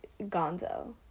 gonzo